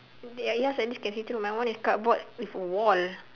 ya yours at least can see through my one is cupboard with wall